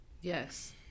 Yes